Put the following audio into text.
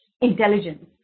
intelligence